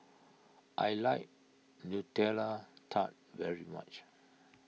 I like Nutella Tart very much